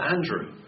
Andrew